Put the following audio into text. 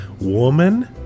Woman